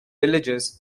villages